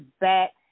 back